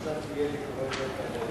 עכשיו תהיה בביקורי פתע,